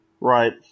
Right